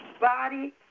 body